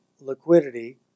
liquidity